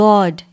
God